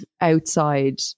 outside